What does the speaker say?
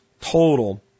total